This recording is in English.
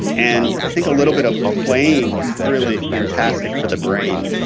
and i think a little bit of playing is really fantastic for the brain.